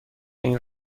این